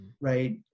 right